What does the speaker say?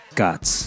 guts